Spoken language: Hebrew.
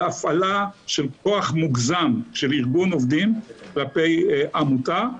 בהפעלה של כוח מוגזם של ארגון עובדים כלפי עמותה.